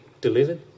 delivered